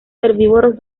herbívoros